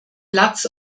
platz